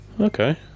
Okay